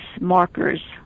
markers